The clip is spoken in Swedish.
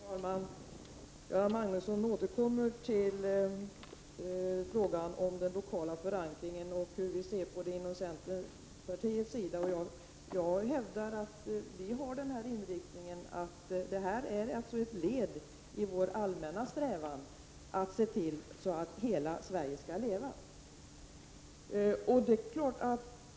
Herr talman! Göran Magnusson återkommer till frågan om den lokala förankringen och hur vi ser på det inom centerpartiet. Jag hävdar att detta är ett led i vår allmänna strävan att se till att hela Sverige skall leva.